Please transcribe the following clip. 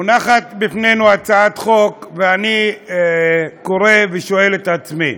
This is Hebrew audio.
מונחת לפנינו הצעת חוק, ואני קורא ושואל את עצמי: